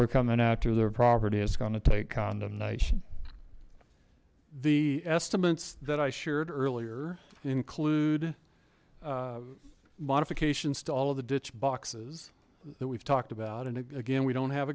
we're coming after their property it's going to take condemnation the estimates that i shared earlier include modifications to all of the ditch boxes that we've talked about and again we don't have